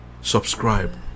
subscribe